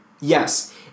Yes